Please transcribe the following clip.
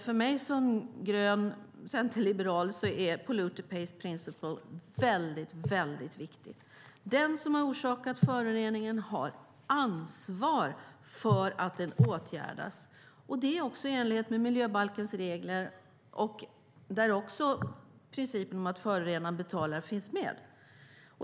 För mig som grön centerliberal är det väldigt viktigt med polluter pays principle. Den som orsakat föroreningen har ansvar för att den åtgärdas. Det är också i enlighet med miljöbalkens regler, där principen om att förorenaren betalar finns med.